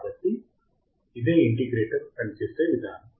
కాబట్టి ఇదే ఇంటిగ్రేటర్ పనిచేసే విధానం